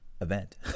event